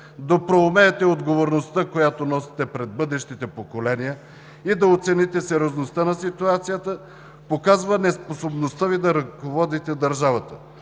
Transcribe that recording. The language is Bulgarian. да проумеете отговорността, която носите пред бъдещите поколения, и да оцените сериозността на ситуацията, показва неспособността Ви да ръководите държавата.